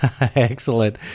Excellent